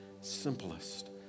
simplest